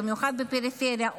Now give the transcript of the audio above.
במיוחד בפריפריה,